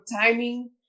timing